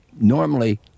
Normally